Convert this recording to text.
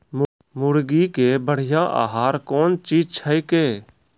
मुर्गी के बढ़िया आहार कौन चीज छै के?